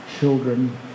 children